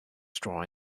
straw